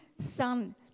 Son